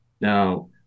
Now